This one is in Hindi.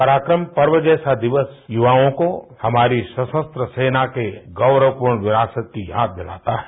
पराक्रम पर्व जैसा दिवस युवाओं को हमारी सशस्त्र सेना के गौरवपूर्ण विएसत की याद दिलाता है